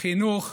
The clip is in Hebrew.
החינוך,